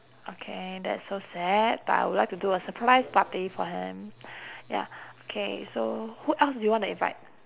okay that's so sad but I would like to do a surprise party for him ya K so who else do you wanna invite